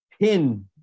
pin